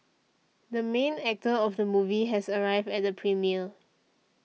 the main actor of the movie has arrived at the premiere